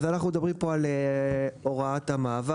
אז אנחנו מדברים פה על הוראת המעבר,